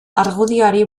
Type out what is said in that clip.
argudioari